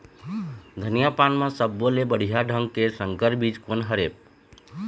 धनिया पान म सब्बो ले बढ़िया ढंग के संकर बीज कोन हर ऐप?